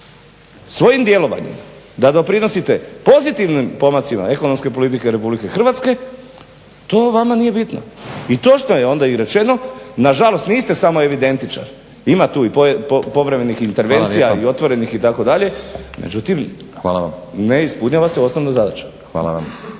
svojim djelovanjem da doprinosite pozitivnim pomacima ekonomske politike RH, to vama nije bitno. I točno je onda i rečeno, nažalost niste samo evidentičar, ima tu i povremenih intervencija i otvorenih itd. **Stazić, Nenad (SDP)** Hvala.